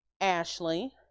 Ashley